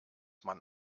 man